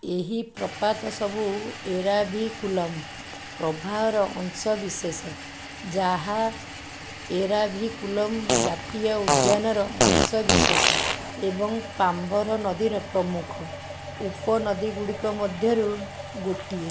ଏହି ପ୍ରପାତ ସବୁ ଏରାଭିକୁଲମ ପ୍ରବାହର ଅଂଶବିଶେଷ ଯାହା ଏରାଭିକୁଲମ ଜାତୀୟ ଉଦ୍ୟାନର ଅଂଶବିଶେଷ ଏବଂ ପାମ୍ବର ନଦୀର ପ୍ରମୁଖ ଉପ ନଦୀଗୁଡ଼ିକ ମଧ୍ୟରୁ ଗୋଟିଏ